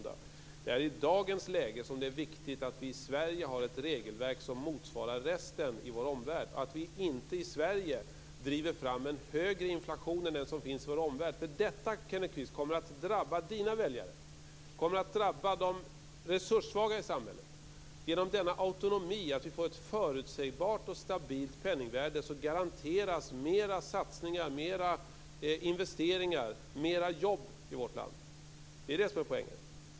Det är i dagens läge som det är viktigt att vi i Sverige har ett regelverk som motsvarar det som finns i resten av vår omvärld. Det är viktigt att vi inte driver fram en högre inflation i Sverige än den som finns i vår omvärld. Detta skulle drabba Kenneth Kvists väljare. Det skulle drabba de resurssvaga i samhället. Genom denna autonomi, att vi får ett förutsägbart och stabilt penningvärde, garanteras flera satsningar, flera investeringar och flera jobb i vårt land. Det är detta som är poängen.